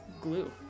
glue